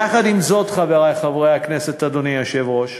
יחד עם זאת, חברי חברי הכנסת, אדוני היושב-ראש,